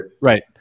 Right